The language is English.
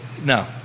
no